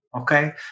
okay